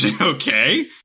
Okay